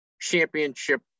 championship